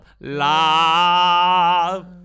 Love